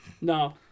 No